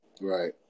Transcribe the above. Right